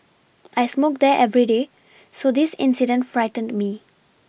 I smoke there every day so this incident frightened me